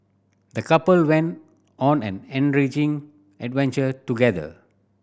the couple went on an enriching adventure together